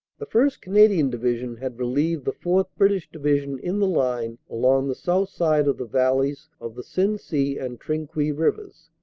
the first. canadian division had relieved the fourth. british division in the line along the south side of the valleys of the sensee and trinquis rivers,